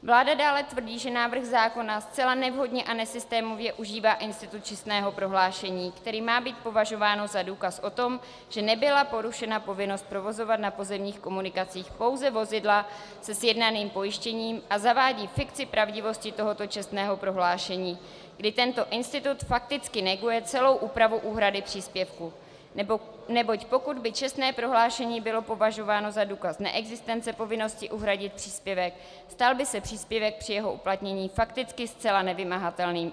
Vláda dále tvrdí, že návrh zákona zcela nevhodně a nesystémově užívá institut čestného prohlášení, které má být považováno za důkaz o tom, že nebyla porušena povinnost provozovat na pozemních komunikacích pouze vozidla se sjednaným pojištěním, a zavádí fikci pravdivosti tohoto čestného prohlášení, kdy tento institut fakticky neguje celou úpravu úhrady příspěvku, neboť pokud by čestné prohlášení bylo považováno za důkaz neexistence povinnosti uhradit příspěvek, stal by se příspěvek při jeho uplatnění fakticky zcela nevymahatelným.